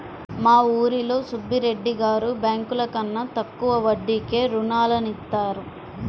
మా ఊరిలో సుబ్బిరెడ్డి గారు బ్యేంకుల కన్నా తక్కువ వడ్డీకే రుణాలనిత్తారు